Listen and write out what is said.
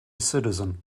citizen